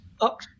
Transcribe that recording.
up